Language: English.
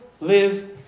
live